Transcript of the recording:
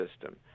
system